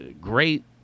great